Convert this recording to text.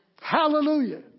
Hallelujah